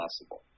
possible